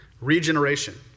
regeneration